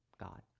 God